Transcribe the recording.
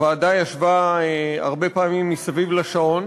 הוועדה ישבה הרבה פעמים מסביב לשעון,